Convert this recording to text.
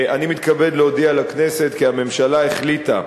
אני מתכבד להודיע לכנסת כי הממשלה החליטה,